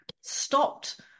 stopped